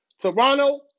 Toronto